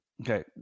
Okay